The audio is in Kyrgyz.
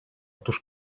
туш